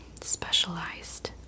specialized